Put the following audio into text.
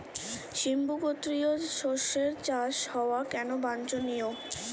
সিম্বু গোত্রীয় শস্যের চাষ হওয়া কেন বাঞ্ছনীয়?